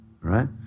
right